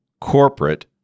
Corporate